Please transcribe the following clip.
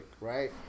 right